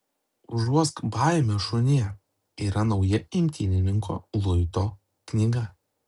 užuosk baimę šunie yra nauja imtynininko luito knyga